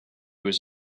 was